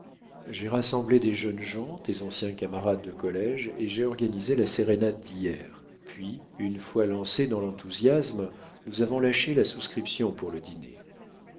j'ai rassemblé des jeunes gens tes anciens camarades de collége et j'ai organisé la sérénade d'hier puis une fois lancés dans l'enthousiasme nous avons lâché la souscription pour le dîner